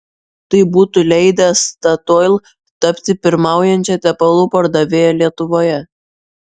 tai būtų leidę statoil tapti pirmaujančia tepalų pardavėja lietuvoje